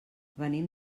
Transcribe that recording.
venim